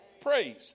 praise